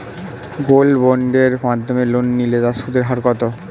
Gold বন্ডের মাধ্যমে loan নিলে তার সুদের হার কত?